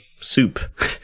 soup